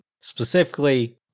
Specifically